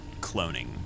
cloning